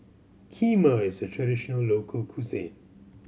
kheema is a traditional local cuisine